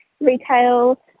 retail